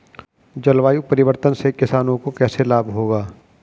जलवायु परिवर्तन से किसानों को कैसे लाभ होगा?